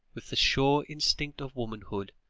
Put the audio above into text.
with the sure instinct of womanhood,